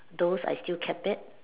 those I still kept it